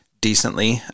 decently